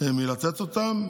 מלתת אותם,